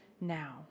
now